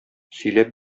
сөйләп